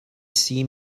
see